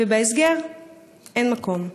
ובהסגר אין מקום.